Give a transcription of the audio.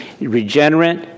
regenerate